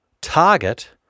target